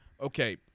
okay